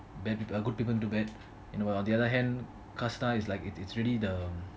bad people err good people into bad while on the other hand காசு தான்:kaasu thaan is like it's it's it's really the